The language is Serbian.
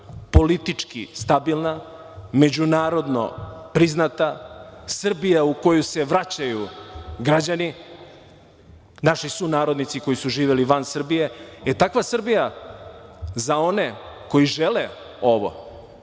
politički stabilna, međunarodno priznata, Srbija u koju se vraćaju građani, naši sunarodnici koji su živeli van Srbije, e takva Srbija za one koji žele ovo,